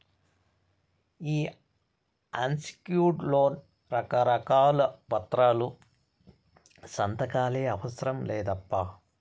ఈ unsecured loan కి రకారకాల పత్రాలు, సంతకాలే అవసరం లేదప్పా